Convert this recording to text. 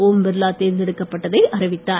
ஓம் பிர்லா தேர்ந்தெடுக்கப்பட்டதை அறிவித்தார்